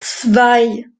zwei